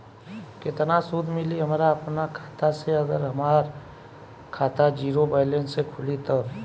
केतना सूद मिली हमरा अपना खाता से अगर हमार खाता ज़ीरो बैलेंस से खुली तब?